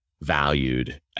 valued